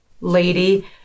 lady